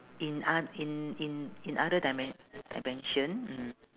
in a~ in in in other dimen~ dimension mm